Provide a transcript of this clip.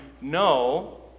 No